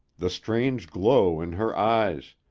the strange glow in her eyes.